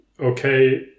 okay